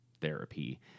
therapy